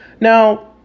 Now